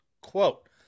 quote